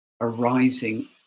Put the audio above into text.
arising